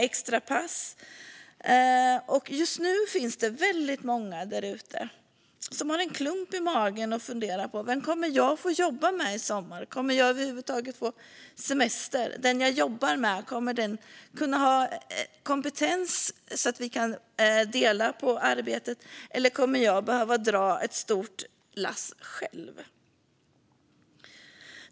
Extrapassen är många. Just nu finns väldigt många där ute som har en klump i magen och funderar på vem man kommer att få jobba med i sommar. Kommer man över huvud taget att få semester? Kommer den person som man ska jobba med att ha kompetens så att man kan dela på arbetet? Eller kommer man att behöva dra ett stort lass själv?